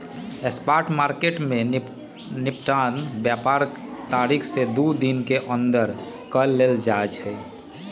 spot market में निपटान व्यापार तारीख से दू दिन के अंदर कऽ लेल जाइ छइ